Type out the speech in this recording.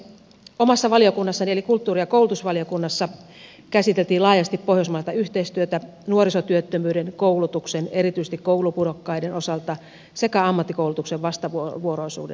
omassa valiokunnassani eli kulttuuri ja koulutusvaliokunnassa käsiteltiin laajasti pohjoismaista yhteistyötä nuorisotyöttömyyden koulutuksen ja erityisesti koulupudokkaiden osalta sekä ammattikoulutuksen vastavuoroisuuden osalta